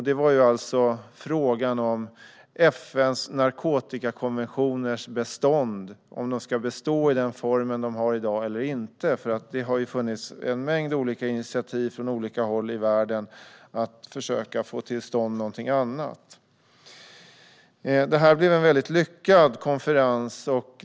Det gällde alltså om FN:s narkotikakonventioner ska bestå i den form som de har i dag eller inte. Det har nämligen tagits en mängd olika initiativ från olika håll i världen för att försöka få till stånd någonting annat. Detta blev en mycket lyckad konferens.